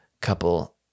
couple